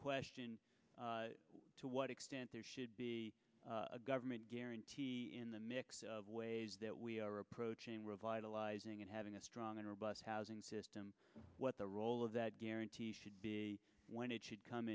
question to what extent there should be a government guarantee in the mix of ways that we are approaching revitalizing and having a strong and robust housing system what the role of that guarantee should be when it should come